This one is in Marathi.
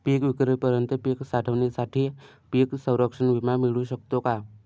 पिकविक्रीपर्यंत पीक साठवणीसाठी पीक संरक्षण विमा मिळू शकतो का?